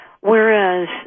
whereas